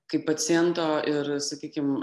kaip paciento ir sakykim